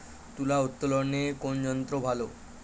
তুলা উত্তোলনে কোন যন্ত্র ভালো?